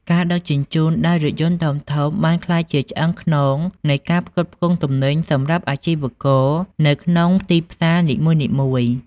ការដឹកជញ្ជូនដោយរថយន្តធំៗបានក្លាយជាឆ្អឹងខ្នងនៃការផ្គត់ផ្គង់ទំនិញសម្រាប់អាជីវករនៅក្នុងទីផ្សារនីមួយៗ។